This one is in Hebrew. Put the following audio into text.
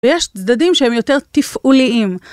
ויש צדדים שהם יותר תפעוליים.